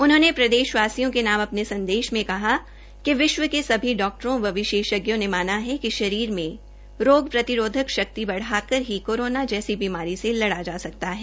उन्होंने प्रदेशवासियों के नाम अपने संदेश में कहा है कि विश्व के सभी डॉक्टरों व विशेषज्ञों ने माना है कि शरीर में रोग प्रतिरोधक शक्ति बढ़ाकर ही कोरोना जैसी बीमारी से लड़ा जा सकता है